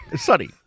sunny